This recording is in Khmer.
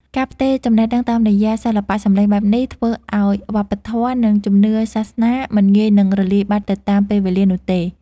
ការផ្ទេរចំណេះដឹងតាមរយៈសិល្បៈសម្លេងបែបនេះ ធ្វើឱ្យវប្បធម៌ និងជំនឿសាសនាមិនងាយនឹងរលាយបាត់ទៅតាមពេលវេលានោះទេ